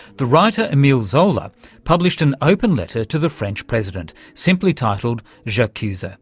the writer emile zola published an open letter to the french president simply titled j'accuse, ah